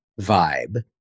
vibe